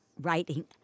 writing